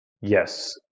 Yes